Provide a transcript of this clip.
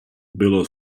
bylo